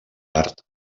art